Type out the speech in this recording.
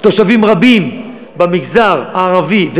תושבים רבים במגזר הערבי,